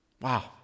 Wow